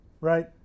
right